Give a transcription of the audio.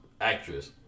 actress